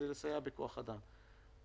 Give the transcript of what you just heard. אני אתייחס לשאלתך לגבי גני ילדים.